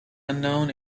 unknown